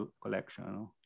collection